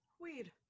Weed